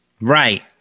Right